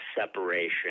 separation